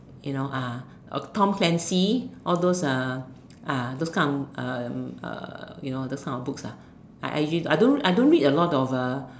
you know ah Tom-Clancy all those uh uh those kind um uh you know those kind of books lah I don't I don't read a lot of uh